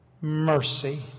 Mercy